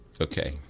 Okay